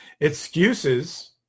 Excuses